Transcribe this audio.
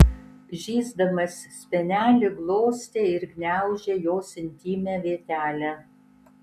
žįsdamas spenelį glostė ir gniaužė jos intymią vietelę